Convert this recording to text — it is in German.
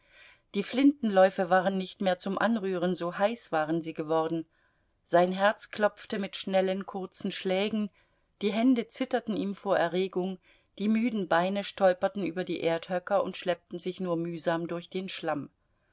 die flintenläufe waren nicht mehr zum anrühren so heiß waren sie geworden sein herz klopfte mit schnellen kurzen schlägen die hände zitterten ihm vor erregung die müden beine stolperten über die erdhöcker und schleppten sich nur mühsam durch den schlamm